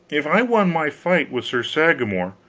if i won my fight with sir sagramor,